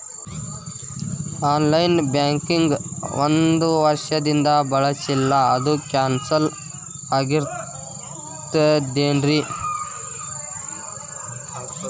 On line banking ಒಂದ್ ವರ್ಷದಿಂದ ಬಳಸಿಲ್ಲ ಅದು ಕ್ಯಾನ್ಸಲ್ ಆಗಿರ್ತದೇನ್ರಿ?